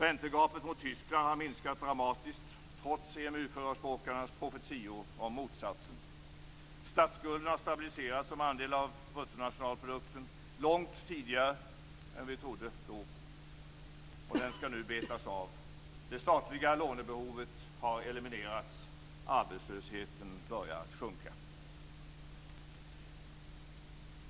Räntegapet gentemot Tyskland har minskat dramatiskt, trots EMU-förespråkarnas profetior om motsatsen. Statsskulden har stabiliserats som andel av bruttonationalprodukten långt tidigare än vid då trodde, och den skall nu betas av. Det statliga lånebehovet har eliminerats, och arbetslösheten börjar sjunka.